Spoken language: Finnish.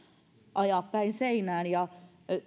ajaa päin seinää ja